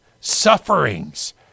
sufferings